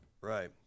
Right